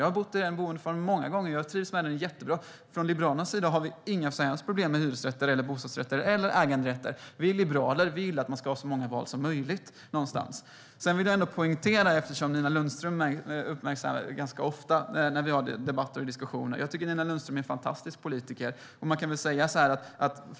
Jag har bott i den boendeformen många gånger och trivs jättebra med den. Från Liberalernas sida har vi inga som helst problem med hyresrätter, bostadsrätter eller äganderätter. Vi liberaler vill någonstans att man ska ha så många val som möjligt. Sedan vill jag poängtera något som Nina Lundström uppmärksammar ganska ofta när vi har debatter och diskussioner. Jag tycker att Nina Lundström är en fantastisk politiker.